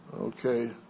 Okay